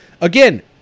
again